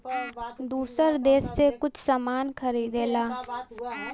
दूसर देस से कुछ सामान खरीदेला